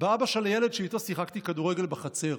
באבא של הילד שאיתו שיחקתי כדורגל בחצר.